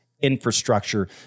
infrastructure